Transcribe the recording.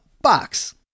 box